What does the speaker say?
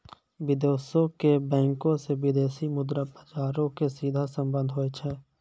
विदेशो के बैंको से विदेशी मुद्रा बजारो के सीधा संबंध होय छै